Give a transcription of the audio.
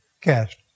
cast